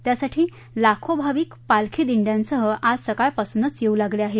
त्यासाठी लाखो भाविक पालखी दिंड्यासह आज सकाळपासूनच येऊ लागले आहेत